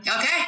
Okay